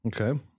Okay